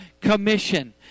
commission